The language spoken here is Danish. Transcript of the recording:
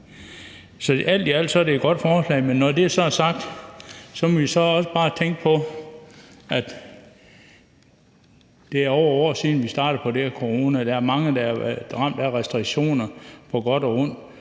alt i alt er det et godt forslag. Men når det så er sagt, må vi også bare tænke på, at det er over et år siden vi startede på det her corona, og der er mange, der har været ramt af restriktioner på godt og ondt.